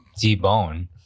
debone